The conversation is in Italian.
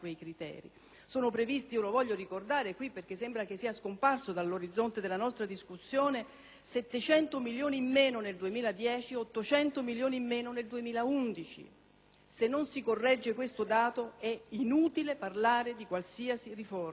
Sono previsti - lo voglio ricordare, perché sembra che sia scomparso dall'orizzonte della nostra discussione - 700 milioni in meno nel 2010 e 800 milioni in meno nel 2011. Se non si corregge questo dato, è inutile parlare di qualsiasi riforma.